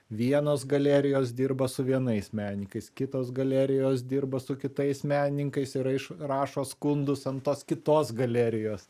vienos galerijos dirba su vienais menininkais kitos galerijos dirba su kitais menininkais yra iš rašo skundus ant tos kitos galerijos